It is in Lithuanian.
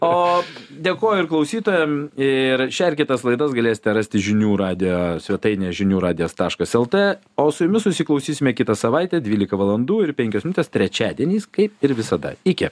o dėkoju ir klausytojam ir šią ir kitas laidas galėsite rasti žinių radijo svetainėje žinių radijas taškas lt o su jumis susiklausysime kitą savaitę dvylika valandų ir penkios minutės trečiadieniais kaip ir visada iki